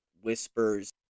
whispers